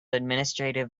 administrative